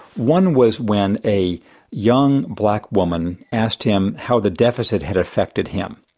one was when a young black woman asked him how the deficit had affected him.